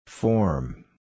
Form